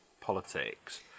politics